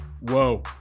Whoa